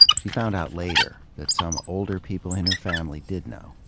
she found out later that some older people in her family did know.